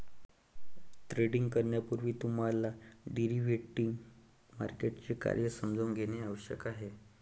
trading करण्यापूर्वी तुम्हाला derivative मार्केटचे कार्य समजून घेणे आवश्यक आहे